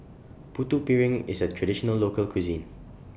Putu Piring IS A Traditional Local Cuisine